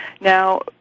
Now